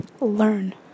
learn